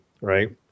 right